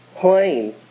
plane